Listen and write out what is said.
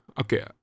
Okay